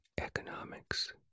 economics